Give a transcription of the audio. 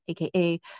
aka